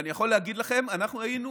ואני יכול להגיד לכם שאנחנו היינו